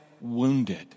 wounded